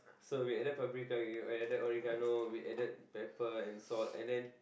so we added paprika we added oregano we added pepper and salt and then